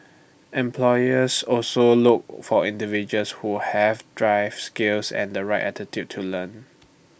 employers also look for individuals who have drive skills and the right attitude to learn